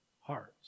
hearts